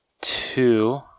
Two